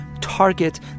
target